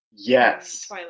Yes